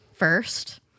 First